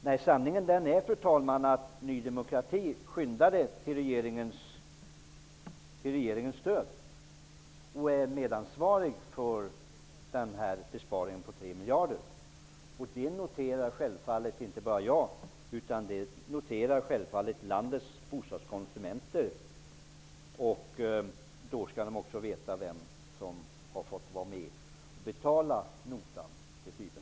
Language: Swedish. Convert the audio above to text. Men sanningen är, fru talman, att Ny demokrati skyndade till regeringens stöd och är medansvarigt till besparingen på 3 miljarder. Detta noterar inte bara jag utan självfallet också landets bostadskonsumenter. De skall då också känna till vilka som till syvende och sist fått vara med och betala notan.